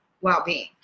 well-being